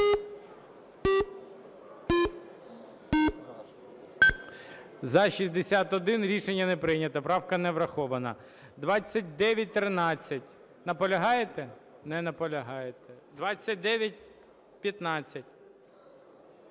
За-61 Рішення не прийнято. Правка не врахована. 2913. Наполягаєте? Не наполягаєте. 2915.